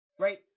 right